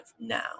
now